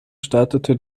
startete